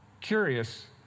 curious